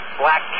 black